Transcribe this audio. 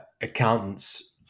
accountants